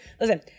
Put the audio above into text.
listen